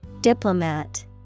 Diplomat